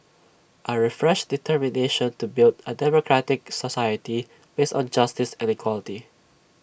A refreshed determination to build A democratic society based on justice and equality